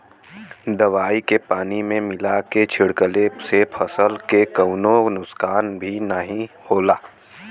दवाई के पानी में मिला के छिड़कले से फसल के कवनो नुकसान भी नाहीं होला